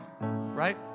right